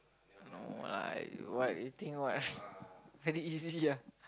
no like what you think what very easy ah